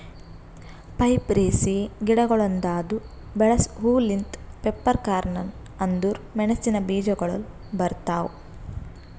ಪೈಪರೇಸಿಯೆ ಗಿಡಗೊಳ್ದಾಂದು ಬೆಳಸ ಹೂ ಲಿಂತ್ ಪೆಪ್ಪರ್ಕಾರ್ನ್ ಅಂದುರ್ ಮೆಣಸಿನ ಬೀಜಗೊಳ್ ಬರ್ತಾವ್